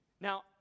Now